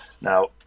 Now